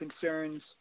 concerns